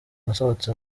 nasohotse